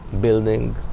building